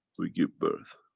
we give birth.